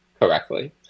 correctly